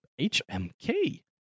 hmk